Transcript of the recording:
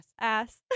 ass